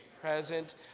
present